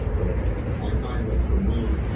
but i find that for me,